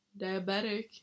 diabetic